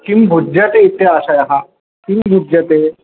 किं भुज्यते इत्याशयः किं भुज्यते